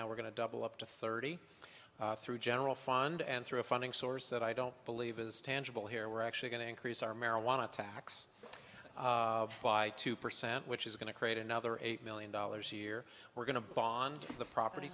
now we're going to double up to thirty three general fund and through a funding source that i don't believe is tangible here we're actually going to increase our marijuana tax by two percent which is going to create another eight million dollars a year we're going to bond with the property